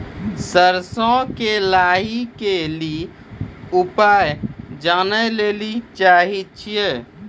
सरसों मे लाही के ली उपाय जाने लैली चाहे छी?